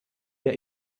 der